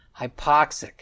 hypoxic